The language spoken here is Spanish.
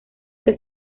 que